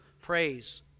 Praise